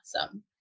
awesome